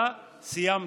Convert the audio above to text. אתה סיימת,